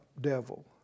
devil